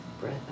Breath